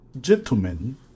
gentlemen